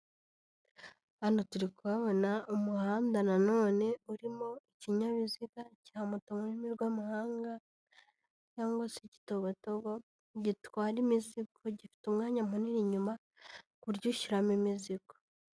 Hano turi kuhabona umuhanda nanone urimo ikinyabiziga cya moto ururimi rw'amahanga cg se igitogoto gitwara imizigo gifite umwanya munini inyuma ku buryo ushyiramo imizigo.